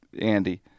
Andy